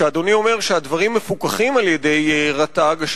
כשאדוני אומר שהדברים מפוקחים על-ידי רשות הטבע והגנים,